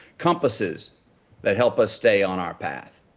compasses that help us stay on our path.